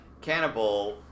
cannibal